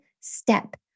step